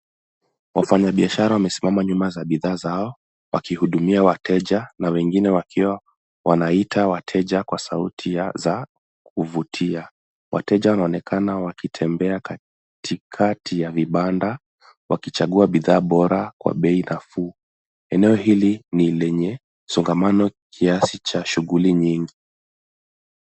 Wafanyabiashara wamesimama nyuma ya bidhaa zao, wakihudumia wateja na wengine wakiwa wanaita wateja kwa sauti za kuvutia. Wateja wanaonekana wakitembea katikati ya vibanda wakichagua bidhaa bora kwa bei nafuu. Eneo hili ni lenye songamano kiasi cha shughuli nyingi.